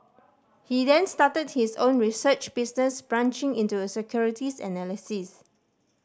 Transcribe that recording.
he then started his own research business branching into securities analysis